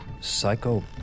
Psycho